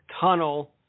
tunnel